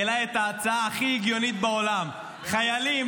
העלה את ההצעה הכי הגיונית בעולם: חיילים,